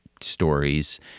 stories